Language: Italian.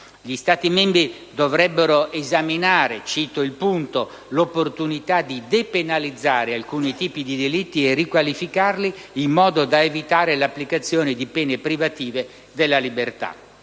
Gli Stati membri dovrebbero esaminare - cito il punto - l'opportunità di depenalizzare alcuni tipi di delitti e riqualificarli, in modo da evitare l'applicazione di pene privative della libertà.